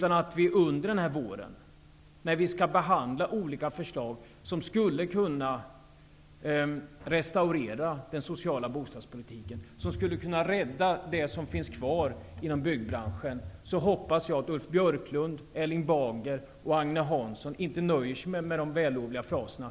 När vi under denna vår skall behandla olika för slag som skulle kunna restaurera den sociala bo stadspolitiken och rädda det som finns kvar, hop pas jag att Ulf Björklund, Erling Bager och Agne Hansson inte nöjer sig med de vällovliga fraserna.